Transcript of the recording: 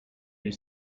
your